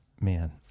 Man